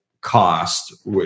cost